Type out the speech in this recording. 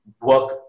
work